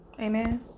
Amen